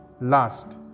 Last